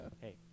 hey